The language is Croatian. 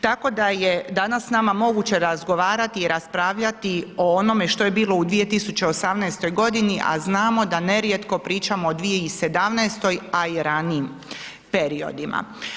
Tako da je danas nama moguće razgovarati i raspravljati o onome što je bilo u 2018. godini, a znamo da nerijetko pričamo o 2017., a i ranijim periodima.